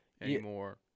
anymore